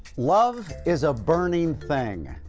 love is a burning thing